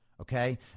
Okay